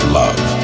love